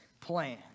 plan